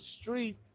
street